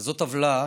כזאת עוולה